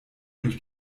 durch